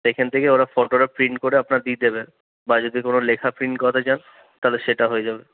সেখান থেকে ওরা ফটোটা প্রিন্ট করে আপনার দিয়ে দেবে বা যদি কোন লেখা প্রিন্ট করাতে চান তাহলে সেটা হয়ে যাবে